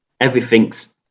everything's